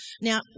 Now